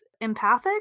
empathic